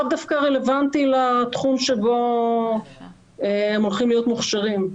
לאו דווקא רלוונטי לתחום שבו הם הולכים להיות מוכשרים.